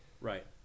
Right